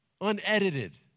Unedited